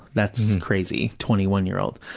that's crazy, twenty one year old.